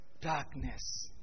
Darkness